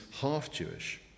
half-Jewish